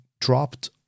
dropped